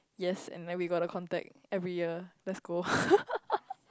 yes and then we got the contact every year let's go